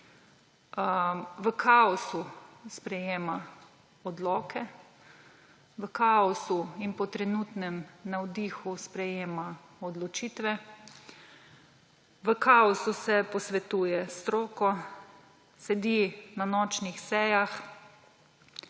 V kaosu sprejema odloke, v kaosu in po trenutnem navdihu sprejema odločitve, v kaosu se posvetuje s stroko, sedi na nočnih sejah,